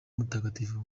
mutagatifu